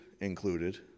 included